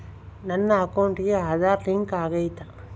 ನನ್ನ ಅಕೌಂಟಿಗೆ ಆಧಾರ್ ಲಿಂಕ್ ಆಗೈತಾ?